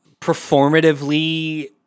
performatively